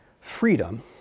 freedom